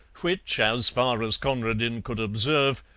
which, as far as conradin could observe,